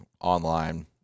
online